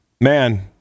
Man